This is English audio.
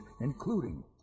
including